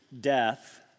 death